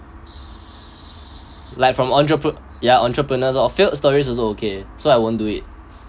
like from entrepreneur ya entrepreneurs or failed stories also okay so I won't do it